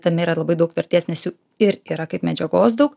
tame yra labai daug vertės nes jų ir yra kaip medžiagos daug